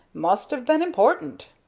must have been important.